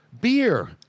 beer